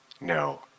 No